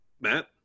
Matt